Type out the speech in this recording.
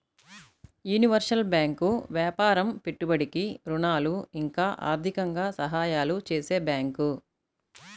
universal bank వ్యాపారం పెట్టుబడికి ఋణాలు ఇంకా ఆర్థికంగా సహాయాలు చేసే బ్యాంకు